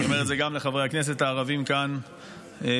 אני אומר את זה גם לחברי הכנסת הערבים כאן במשכן: